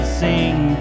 sing